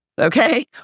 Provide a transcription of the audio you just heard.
Okay